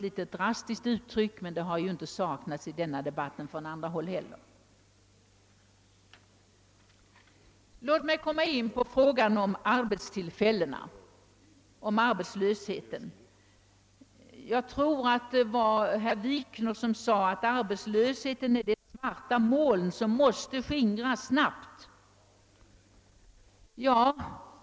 Låt mig beröra frågan om arbetstillfällen och arbetslöshet. Herr Wikner sade att arbetslösheten är det svarta moln, som måste skingras snabbt.